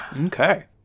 okay